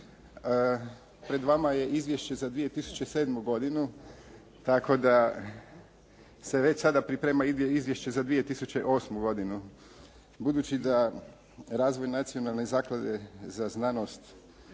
Pred vama je Izvješće za 2007. godinu tako da se već sada priprema izvješće za 2008. godinu. Budući da razvoj Nacionalne zaklade za znanost